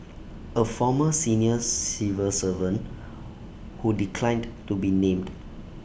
A former seniors civil servant who declined to be named